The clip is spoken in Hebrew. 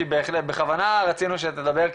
כי בכוונה רצינו שתדבר,